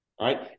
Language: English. right